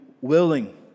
willing